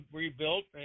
rebuilt